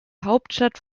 hauptstadt